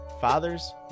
fathers